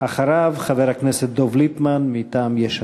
אחריו, חבר הכנסת דב ליפמן מיש עתיד.